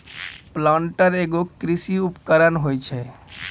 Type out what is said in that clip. planter एगो कृषि उपकरण होय छै